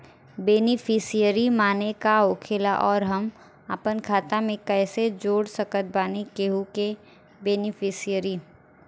Beneficiary माने का होखेला और हम आपन खाता मे कैसे जोड़ सकत बानी केहु के बेनीफिसियरी?